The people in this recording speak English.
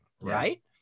right